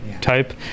type